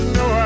no